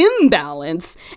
imbalance